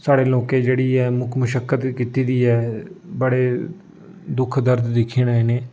साढ़े लोकें जेह्ड़ी ऐ मुक मुश्शकत कीती दी ऐ बड़े दुख दर्द दिक्खे न इ'नें